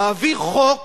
מעביר חוק